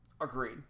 Agreed